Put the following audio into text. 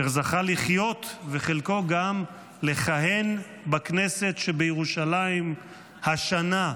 אשר זכה לחיות וחלקו גם לכהן בכנסת שבירושלים השנה,